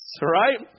Right